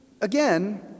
Again